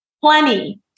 Plenty